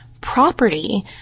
property